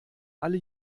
alle